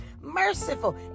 merciful